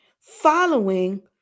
following